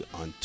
on